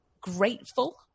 grateful